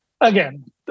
again